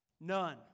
None